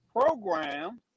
program